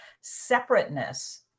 separateness